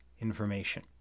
information